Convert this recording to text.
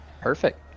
Perfect